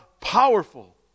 powerful